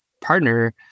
partner